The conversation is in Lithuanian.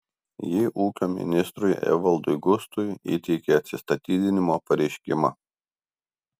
ji ūkio ministrui evaldui gustui įteikė atsistatydinimo pareiškimą